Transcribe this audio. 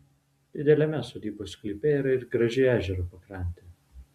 dideliame sodybos sklype yra ir graži ežero pakrantė